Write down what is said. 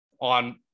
on